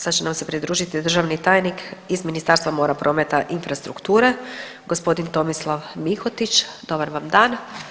Sad će nam se pridružiti državni tajnik iz Ministarstva mora, prometa i infrastrukture, g. Tomislav Mihotić, dobar vam dan.